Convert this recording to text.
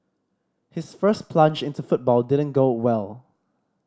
his first plunge into football didn't go well